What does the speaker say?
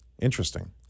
Interesting